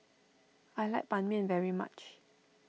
I like Ban Mian very much